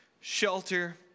shelter